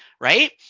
Right